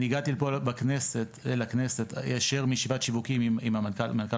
אני הגעתי לפה לכנסת היישר מישיבת שיווקים עם מנכ"ל